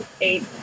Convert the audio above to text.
Eight